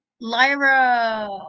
Lyra